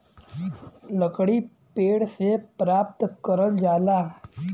लकड़ी पेड़ से प्राप्त करल जाला